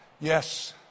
Yes